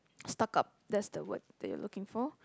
stuck up that's the word that you're looking for